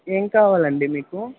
ఏం కావాలండి మీకు